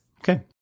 Okay